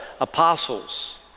apostles